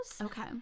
Okay